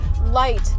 light